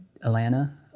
Atlanta